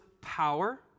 power